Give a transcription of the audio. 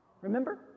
Remember